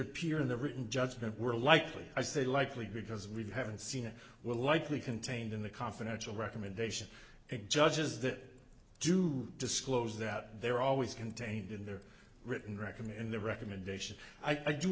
appear in the written judgment were likely i say likely because we haven't seen or will likely contained in the confidential recommendation and judges that do disclose that they're always contained in their written recommend the recommendation i